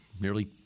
nearly